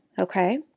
Okay